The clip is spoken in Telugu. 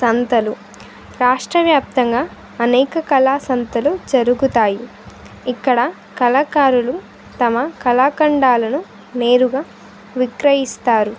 సంతలు రాష్ట్రవ్యాప్తంగా అనేక కళా సంతలు జరుగుతాయి ఇక్కడ కళాకారులు తమ కళాఖండాలను నేరుగా విక్రయిస్తారు